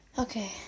Okay